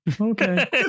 okay